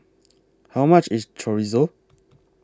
How much IS Chorizo